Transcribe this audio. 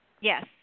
Yes